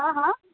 हँ हँ